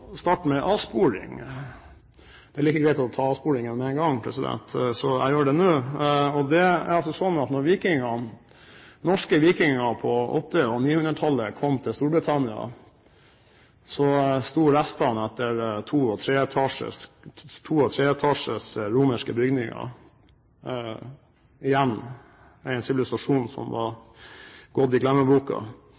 starte med en avsporing – det er like greit å ta avsporingen med en gang, så jeg gjør det nå. Da norske vikinger på 800- og 900-tallet kom til Storbritannia, sto restene etter to- og treetasjes romerske bygninger igjen fra en sivilisasjon som var